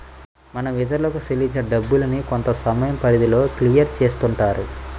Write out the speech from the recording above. మనం ఇతరులకు చెల్లించే డబ్బుల్ని కొంతసమయం పరిధిలో క్లియర్ చేస్తుంటారు